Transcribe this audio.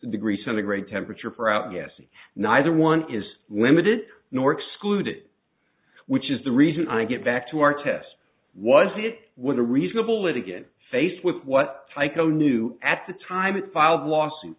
degree centigrade temperature for outgassing neither one is limited nor excluded which is the reason i get back to our test was it was a reasonable it again faced with what tyco knew at the time it filed lawsuit